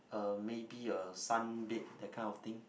uh maybe a sun bed that kind of thing